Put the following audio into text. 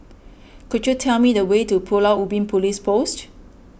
could you tell me the way to Pulau Ubin Police Post